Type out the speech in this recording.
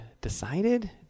decided